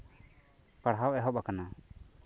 ᱯᱟᱲᱦᱟᱣ ᱮᱦᱚᱵ ᱟᱠᱟᱱᱟ